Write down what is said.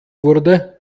wurde